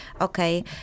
okay